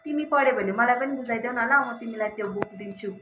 तिमी पढ्यो भने मलाई पनि बुझाइदेउ न ल म तिमीलाई त्यो बुक दिन्छु